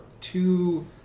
two